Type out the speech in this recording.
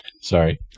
Sorry